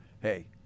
hey